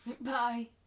Bye